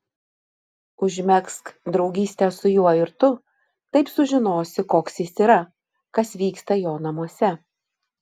užmegzk draugystę su juo ir tu taip sužinosi koks jis yra kas vyksta jo namuose